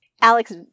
Alex